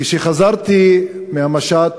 כשחזרתי מהמשט